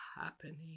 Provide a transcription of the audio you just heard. happening